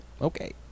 Okay